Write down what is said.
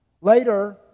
Later